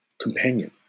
companion